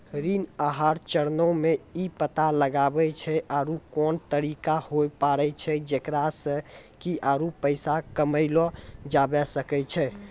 ऋण आहार चरणो मे इ पता लगाबै छै आरु कोन तरिका होय पाड़ै छै जेकरा से कि आरु पैसा कमयलो जाबै सकै छै